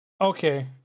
okay